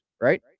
right